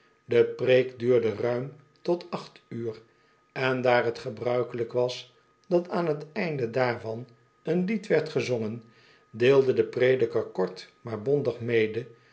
de preek duurde ruim tot acht uur en daar t gebruikelijk was dat aan t einde daarvan een lied werd gezongen deelde de prediker kort maar bondig mede